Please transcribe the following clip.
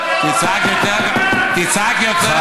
תצעק יותר גבוה, תשמע אותי יותר טוב.